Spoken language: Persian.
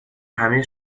همه